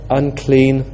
unclean